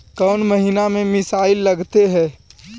कौन महीना में मिसाइल लगते हैं?